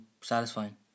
satisfying